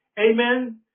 Amen